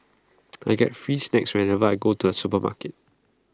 I get free snacks whenever I go to the supermarket